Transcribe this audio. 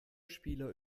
spieler